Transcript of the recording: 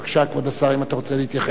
בבקשה, כבוד השר, אם אתה רוצה להתייחס.